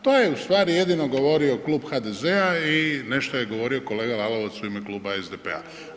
To je u stvari jedino govorio Klub HDZ-a i nešto je govorio kolega Lalovac uime Kluba SDP-a.